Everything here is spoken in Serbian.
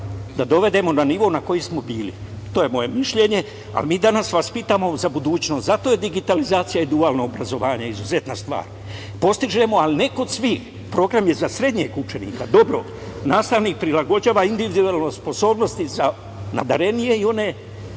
da dovedemo na nivo na koji smo bili. To je moje mišljenje. Mi danas vaspitavamo za budućnost i zato su digitalizacija i dualno obrazovanje izuzetna stvar. Postižemo, ali ne kod svih. Program je za srednjeg učenika, dobrog. Nastavnik prilagođava individualno sposobnosti za nadarenije i one…